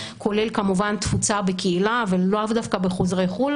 כולל כמובן תפוצה בקהילה ולאו דווקא בחוזרי חו"ל,